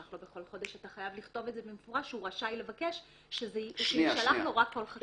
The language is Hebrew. אתה חייב לכתוב במפורש שהוא רשאי לבקש שזה יישלח לו רק כל חצי שנה.